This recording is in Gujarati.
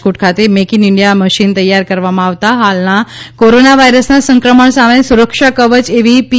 રાજકોટ ખાતે મેક ઈન ઇન્ડિયા મશીન તૌયાર કરવામાં આવતા હાલના કોરોના વાયરસના સંક્રમણ સામે સુરક્ષા કવય એવી લી